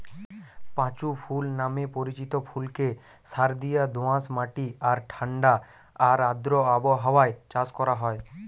পাঁচু ফুল নামে পরিচিত ফুলকে সারদিয়া দোআঁশ মাটি আর ঠাণ্ডা আর আর্দ্র আবহাওয়ায় চাষ করা হয়